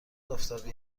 آفتابی